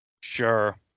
sure